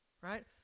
Right